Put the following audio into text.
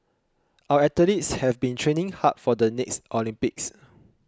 our athletes have been training hard for the next Olympics